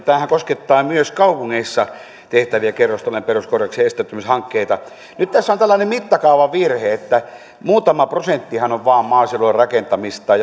mutta tämähän koskettaa myös kaupungeissa tehtäviä kerrostalojen peruskorjauksia ja esteettömyyshankkeita nyt tässä on tällainen mittakaavavirhe että muutama prosenttihan on vain maaseudulle rakentamista